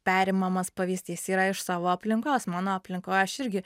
perimamas pavyzdys yra iš savo aplinkos mano aplinkoj aš irgi